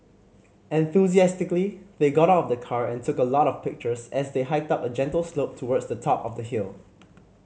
enthusiastically they got out of the car and took a lot of pictures as they hiked up a gentle slope towards the top of the hill